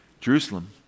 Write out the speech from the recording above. Jerusalem